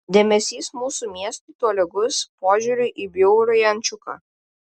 dėmesys mūsų miestui tolygus požiūriui į bjaurųjį ančiuką